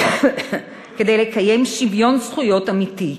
כדי לקיים שוויון זכויות אמיתי,